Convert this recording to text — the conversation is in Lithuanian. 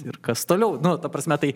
ir kas toliau nu ta prasme tai